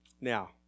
Now